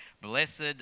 Blessed